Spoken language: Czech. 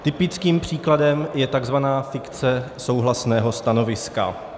Typickým příkladem je takzvaná fikce souhlasného stanoviska.